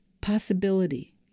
Possibility